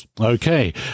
Okay